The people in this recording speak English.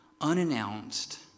unannounced